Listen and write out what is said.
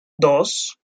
dos